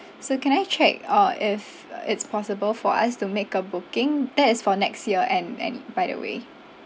so can I check uh if it's possible for us to make a booking that is for next year end any by the way